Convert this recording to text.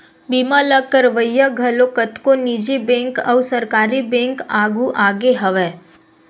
बीमा ल करवइया घलो कतको निजी बेंक अउ सरकारी बेंक आघु आगे हवय